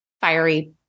fiery